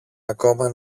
ακόμα